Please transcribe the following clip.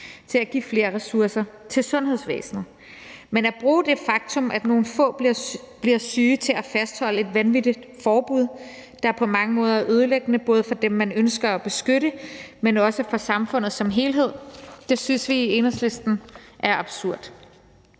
til at give flere ressourcer til sundhedsvæsenet. Men at bruge det faktum, at nogle få bliver syge, til at fastholde et vanvittigt forbud, der på mange måder er ødelæggende både for dem, man ønsker at beskytte, men også for samfundet som helhed, synes vi i Enhedslisten er absurd.